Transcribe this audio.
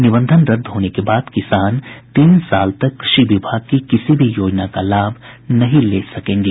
निबंधन रद्द होने के बाद किसान तीन साल तक कृषि विभाग की किसी भी योजना का लाभ नहीं ले पायेंगे